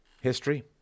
history